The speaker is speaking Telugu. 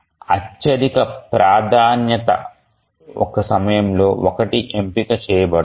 అత్యధిక ప్రాధాన్యత ఒక సమయంలో ఒకటి ఎంపిక చేయబడుతుంది